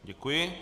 Děkuji.